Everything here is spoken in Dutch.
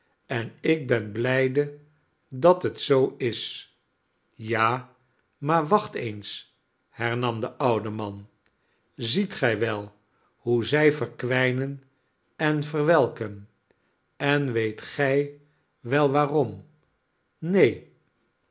en ik ben blijde dat het zoo is ja maar wacht eens i hernam de oude man ziet gij wel hoe zij verkwijnen en verwelken en weet gij wel waarom neen